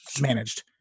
managed